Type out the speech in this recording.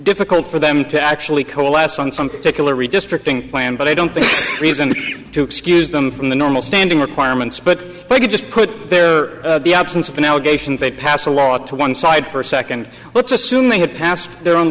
difficult for them to actually coalesce on some particular redistricting plan but i don't think reason to excuse them from the normal standing requirements but they could just put their the absence of an allegation they passed a law to one side for a second let's assume they had passed their own